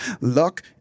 Luck